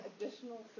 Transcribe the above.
additional